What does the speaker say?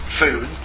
food